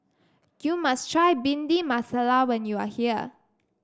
you must try Bhindi Masala when you are here